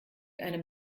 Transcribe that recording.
einem